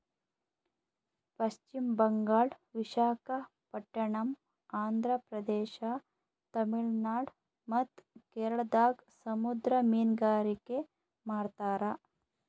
ಪಶ್ಚಿಮ್ ಬಂಗಾಳ್, ವಿಶಾಖಪಟ್ಟಣಮ್, ಆಂಧ್ರ ಪ್ರದೇಶ, ತಮಿಳುನಾಡ್ ಮತ್ತ್ ಕೇರಳದಾಗ್ ಸಮುದ್ರ ಮೀನ್ಗಾರಿಕೆ ಮಾಡ್ತಾರ